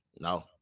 No